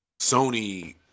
Sony